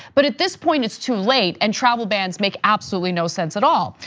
but at this point it's too late and travel bans make absolutely no sense at all.